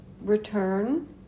Return